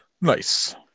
Nice